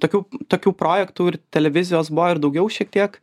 tokių tokių projektų ir televizijos buvo ir daugiau šiek tiek